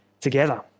together